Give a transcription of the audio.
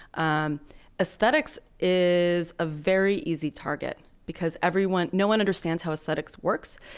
um aesthetics is a very easy target because everyone no one understands how aesthetics works,